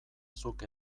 zuk